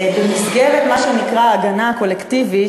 במסגרת מה שנקרא "ההגנה הקולקטיבית",